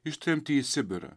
ištremti į sibirą